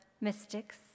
mystics